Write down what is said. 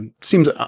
seems